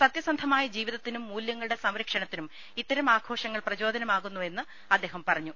സത്യസ ന്ധമായ ജീവിതത്തിനും മൂല്യങ്ങളുടെ സംരക്ഷണത്തിനും ഇത്തരം ആഘോഷങ്ങൾ പ്രചോദനമാകുമെന്ന് അദ്ദേഹം പറ ഞ്ഞു